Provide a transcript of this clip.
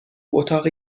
اتاق